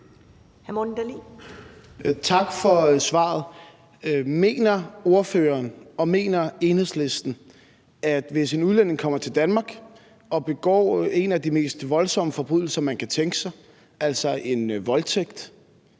Tak for svaret. Mener ordføreren og mener Enhedslisten, at hvis en udlænding kommer til Danmark og begår en af de mest voldsomme forbrydelser, man kan tænke sig, altså en voldtægt,